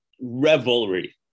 revelry